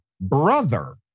brother